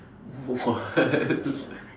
what